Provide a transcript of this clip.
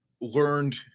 learned